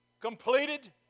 completed